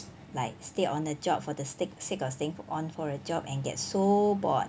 like stay on the job for the stick sake of staying on for a job and get so bored